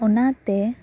ᱚᱱᱟ ᱛᱮ